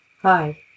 Hi